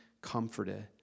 comforted